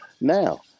now